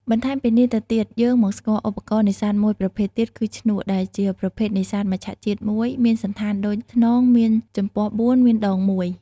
បន្ថែមពីនេះទៅទៀត យើងមកស្គាល់ឧបករណ៍នេសាទមួយប្រភេទទៀតគឺ ឈ្នក់ ដែលជាប្រដាប់នេសាទមច្ឆជាតិមួយមានសណ្ឋានដូចថ្នង មានចំពាស់៤ មានដង១។